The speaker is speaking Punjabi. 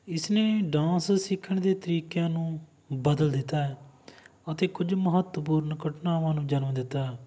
ਇਸਨੇ ਡਾਂਸ ਸਿੱਖਣ ਦੇ ਤਰੀਕਿਆਂ ਨੂੰ ਬਦਲ ਦਿੱਤਾ ਹੈ ਅਤੇ ਕੁਝ ਮਹੱਤਵਪੂਰਨ ਘਟਨਾਵਾਂ ਨੂੰ ਜਨਮ ਦਿੱਤਾ ਹੈ